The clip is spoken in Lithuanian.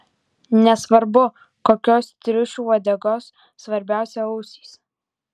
nesvarbu kokios triušių uodegos svarbiausia ausys